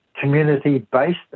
community-based